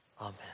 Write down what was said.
Amen